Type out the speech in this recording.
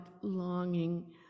longing